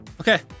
Okay